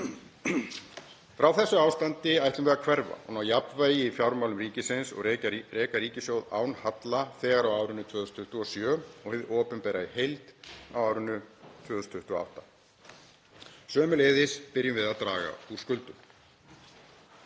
Frá þessu ástandi ætlum við að hverfa og ná jafnvægi í fjármálum ríkisins og reka ríkissjóð án halla þegar á árinu 2027 og hið opinbera í heild á árinu 2028. Sömuleiðis byrjum við á að draga úr skuldum.